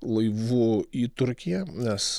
laivu į turkiją nes